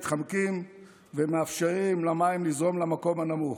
מתחמקים ומאפשרים למים לזרום למקום הנמוך,